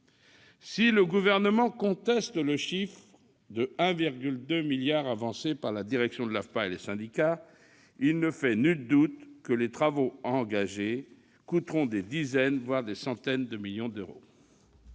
Si le Gouvernement conteste le chiffre de 1,2 milliard d'euros avancé par la direction de l'AFPA et par les syndicats, il ne fait aucun doute que les travaux devant être engagés coûteront des dizaines, voire des centaines de millions d'euros.